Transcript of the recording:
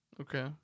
Okay